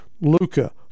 Luca